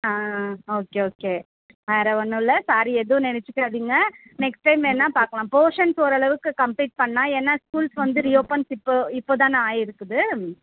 ஆ okay okay வேறு ஒன்றும் இல்லை சாரி எதுவும் நெனைச்சிக்காதீங்க நெக்ஸ்ட் டைம் வேணுனா பார்க்கலாம் போஷன்ஸ் ஓரளவுக்கு கம்ப்ளீட் பண்ணால் ஏன்னா ஸ்கூல்ஸ் வந்து ரீஓப்பன்ஸ் இப்போது இப்போது தானே ஆகியிருக்குது